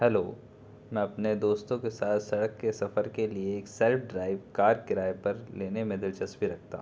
hello میں اپنے دوستوں کے ساتھ سڑک کے سفر کے لیے ایک سلف ڈرائیو کار کرائے پر لینے میں دلچسپی رکھتا ہوں